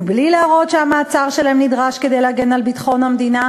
בלי להראות שהמעצר שלהם נדרש כדי להגן על ביטחון המדינה,